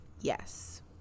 Yes